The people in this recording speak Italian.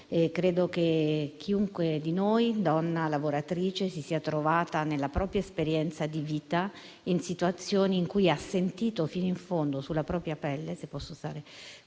Credo che chiunque di noi, donna e lavoratrice, si sia trovata nella propria esperienza di vita in situazioni in cui ha sentito fino in fondo, sulla propria pelle, se posso usare